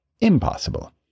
impossible